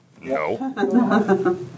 No